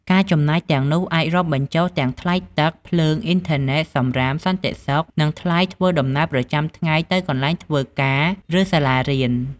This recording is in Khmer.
ការចំណាយទាំងនោះអាចរាប់បញ្ចូលទាំងថ្លៃទឹក ភ្លើង អ៊ីនធឺណេត សំរាម សន្តិសុខ និងថ្លៃធ្វើដំណើរប្រចាំថ្ងៃទៅកន្លែងធ្វើការ ឬសាលារៀន។